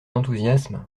enthousiasme